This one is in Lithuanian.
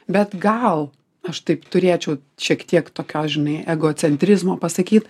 bet gal aš taip turėčiau šiek tiek tokios žinai egocentrizmo pasakyt